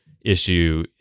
issue